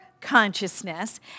consciousness